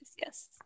yes